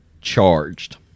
charged